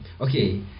Okay